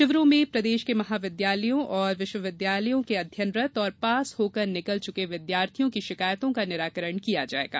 शिविरों में प्रदेश के महाविद्यालयों और विश्वविद्यालयों के अध्ययनरत और पास होकर निकल चुके विद्यार्थियों की शिकायतों का निराकरण किया जायेगा